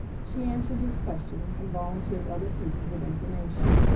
she answered his question and volunteered other pieces of information.